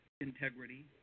integrity